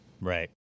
Right